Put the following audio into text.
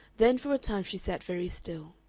then for a time she sat very still.